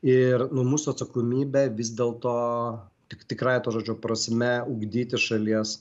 ir nu mūsų atsakomybė vis dėl to tik tikrąja to žodžio prasme ugdyti šalies